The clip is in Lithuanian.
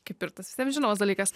kaip ir tas visiems žinomas dalykas